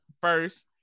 First